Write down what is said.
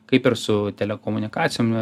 kaip ir su telekomunikacijom